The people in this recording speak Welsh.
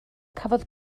cafodd